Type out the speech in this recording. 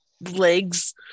legs